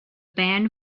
band